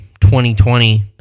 2020